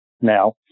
now